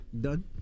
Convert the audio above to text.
Done